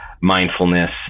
mindfulness